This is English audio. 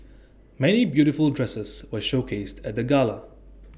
many beautiful dresses were showcased at the gala